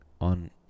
on